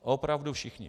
Opravdu všichni.